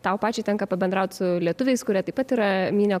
tau pačiai tenka pabendraut su lietuviais kurie taip pat yra mynę